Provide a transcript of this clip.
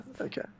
okay